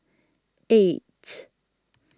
eight